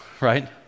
right